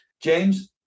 James